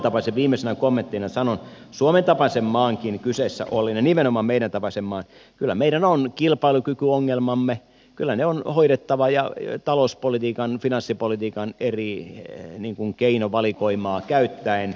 ylipäänsä viimeisenä kommenttina sanon suomen tapaisen maankin kyseessä ollen ja nimenomaan meidän tapaisen maan kyllä meidän on kilpailukykyongelmamme hoidettava ja talouspolitiikan finanssipolitiikan eri keinovalikoimaa käyttäen